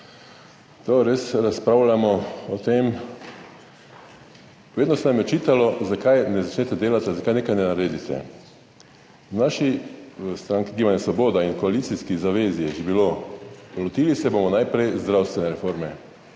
Ko razpravljamo o tem, vedno se nam je očitalo, zakaj ne začnete delati, zakaj nečesa ne naredite. V stranki Gibanje Svoboda in koalicijski zavezi je bilo: lotili se bomo najprej zdravstvene reforme.